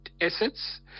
assets